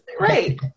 right